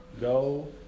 Go